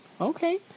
Okay